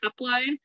upline